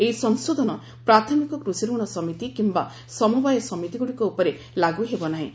ଏହି ସଂଶୋଧନ ପ୍ରାଥମିକ କୃଷିଋଣ ସମିତି କିୟା ସମବାୟ ସମିତିଗୁଡ଼ିକ ଉପରେ ଲାଗୁ ହେବ ନାହିଁ